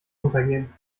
untergehen